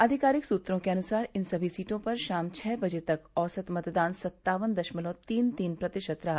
आधिकारिक सूत्रों के अनुसार इन सभी सीटों पर शाम छ बजे तक औसत मतदान सत्तावन दशमलव तीन तीन प्रतिशत रहा